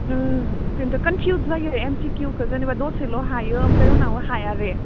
बेनथ' कनफिउस जायो एमसिकिउखो जेनोबा दसेल' हायो ओमफ्राय उनाव हाया जे